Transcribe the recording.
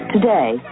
Today